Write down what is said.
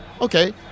Okay